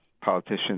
politicians